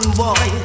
boy